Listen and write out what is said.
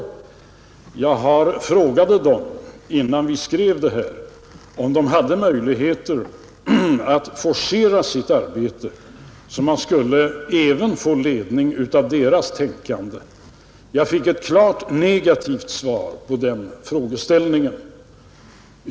Innan vi skrev propositionerna frågade jag ledamöterna i den utredningen om de hade möjligheter att forcera sitt arbete så att vi kunde få ledning även av deras tänkande, Jag fick ett klart negativt svar på den frågan.